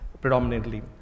predominantly